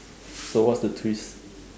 so what's the twist